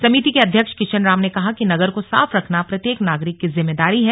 समिति के अध्यक्ष किशन राम ने कहा कि नगर को साफ रखना प्रत्येक नागरिक की जिम्मेदारी है